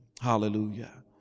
Hallelujah